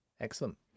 Excellent